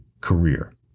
career